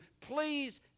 please